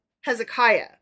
Hezekiah